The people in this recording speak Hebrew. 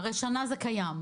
הרי שנה זה קיים.